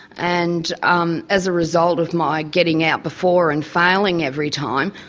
and um as a result of my getting out before and failing every time,